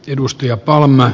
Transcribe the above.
arvoisa puhemies